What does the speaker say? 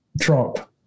Trump